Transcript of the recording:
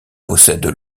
possèdent